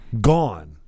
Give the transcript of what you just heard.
Gone